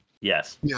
Yes